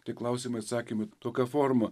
tie klausimai atsakymai tokia forma